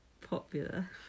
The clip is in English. Popular